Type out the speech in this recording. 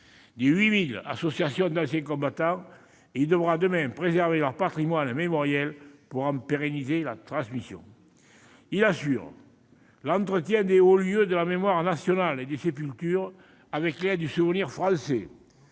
des 8 000 associations d'anciens combattants et qu'il devra demain préserver leur patrimoine mémoriel pour en pérenniser la transmission. Il assure l'entretien des hauts lieux de la mémoire nationale et des sépultures, avec l'aide du Souvenir français